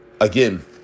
again